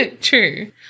True